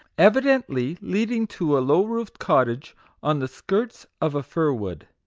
evidently leading to a low-roofed cottage on the skirts of a fir-wood.